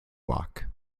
walk